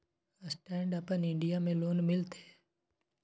Stand up India में loan मिलते?